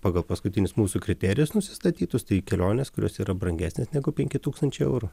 pagal paskutinius mūsų kriterijus nusistatytus tai kelionės kurios yra brangesnės negu penki tūkstančiai eurų